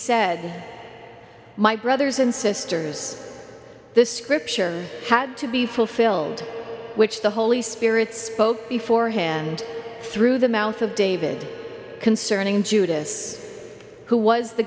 said my brothers and sisters the scripture had to be fulfilled which the holy spirit spoke before hand through the mouth of david concerning judas who was the